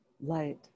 light